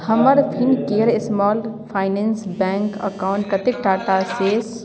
हमर Fincare small finance bank account कतेक टाका शेष